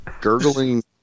gurgling